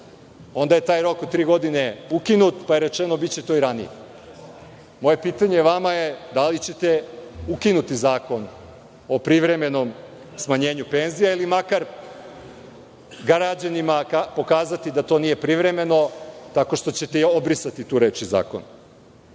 Onda je taj rok od tri godine ukinut pa je rečeno biće to i ranije. Moje pitanje vama je - da li ćete ukinuti Zakon o privremenom smanjenju penzija ili makar građanima pokazati da to nije privremeno tako što ćete obrisati tu reč iz